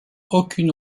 aucune